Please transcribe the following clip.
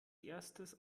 erstes